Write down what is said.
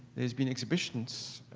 there's been exhibitions,